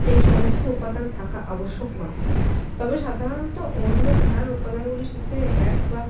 এই সমস্ত উপাদান থাকা আবশ্যক নয় তবে সাধারণত অন্য ধারার উপাদানগুলির সাথে এক বা